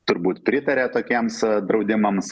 turbūt pritaria tokiems draudimams